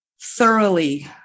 thoroughly